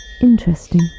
Interesting